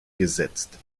gesetzt